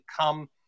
come